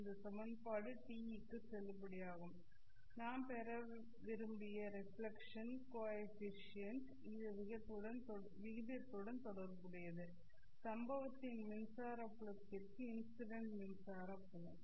இந்த சமன்பாடு TE க்குக்கு செல்லுபடியாகும் நாம் பெற விரும்பிய ரெஃப்ளெக்க்ஷன் கோ எஃபிசியன்ட் இது விகிதத்துடன் தொடர்புடையது சம்பவத்தின் மின்சார புலத்திற்கு இன்சிடெண்ட் மின்சார புலம்